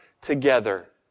together